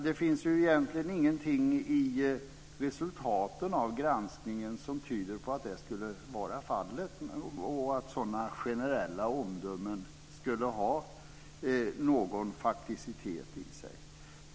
Det finns egentligen ingenting i resultaten av granskningen som tyder på att det skulle vara fallet och att sådana generella omdömen skulle ha någon fakticitet i sig.